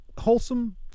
Wholesome